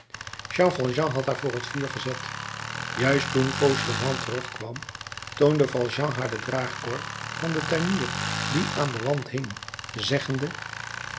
jean valjean had haar voor het vuur gezet juist toen fauchelevent terugkwam toonde valjean haar de draagkorf van den tuinier die aan den wand hing zeggende